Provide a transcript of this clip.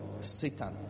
Satan